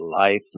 life